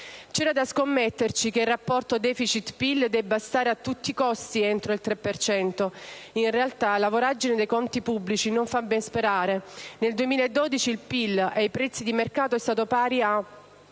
C'era da scommetterci che il rapporto *deficit*-Pil debba stare a tutti i costi entro il 3 per cento. In realtà, la voragine nei conti pubblici non fa ben sperare. Nel 2012 il PIL, ai prezzi di mercato, è stato pari a